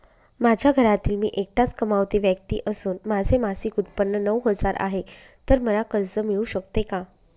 माझ्या घरातील मी एकटाच कमावती व्यक्ती असून माझे मासिक उत्त्पन्न नऊ हजार आहे, तर मला कर्ज मिळू शकते का?